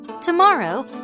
Tomorrow